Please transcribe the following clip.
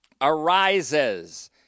arises